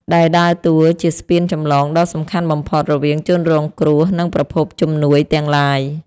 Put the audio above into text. ដែលដើរតួជាស្ពានចម្លងដ៏សំខាន់បំផុតរវាងជនរងគ្រោះ និងប្រភពជំនួយទាំងឡាយ។